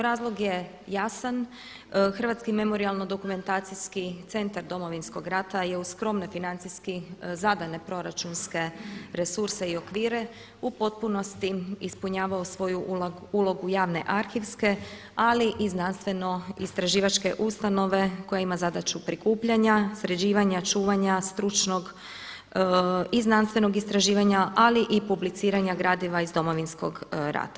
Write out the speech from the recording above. Razlog je jasan, Hrvatski memorijalno-dokumentacijski centar Domovinskog rata je uz skromne financijski, zadane proračunske resurse i okvire u potpunosti ispunjavao svoju ulogu javne arhivske ali i znanstveno istraživačke ustanove koja ima zadaću prikupljanja, sređivanja, čuvanja, stručnog i znanstvenog istraživanja ali i publiciranja gradiva iz Domovinskog rata.